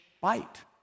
bite